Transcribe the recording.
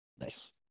nice